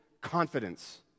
confidence